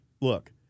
look